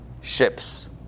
ships